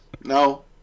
No